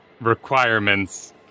requirements